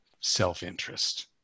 self-interest